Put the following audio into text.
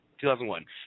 2001